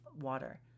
water